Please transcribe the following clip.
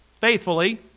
faithfully